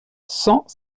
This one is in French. cent